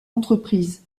entreprises